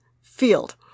field